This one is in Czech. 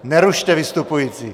Nerušte vystupující!